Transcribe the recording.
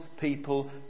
people